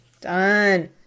Done